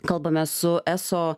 kalbame su eso